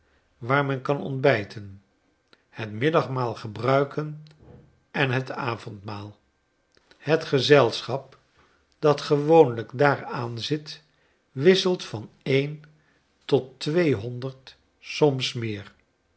waar men kanontbijten bet middagmaal gebruiken en het avondmaal het gezelschap datgewoonlijk daarbij aanzit wisseltvan een tot tweehonderd soms meer